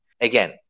Again